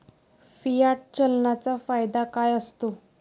Fiat चलनाचा फायदा काय असतो?